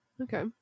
Okay